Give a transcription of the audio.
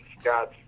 Scott